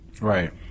Right